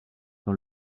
dans